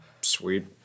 Sweet